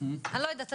אני לא יודעת,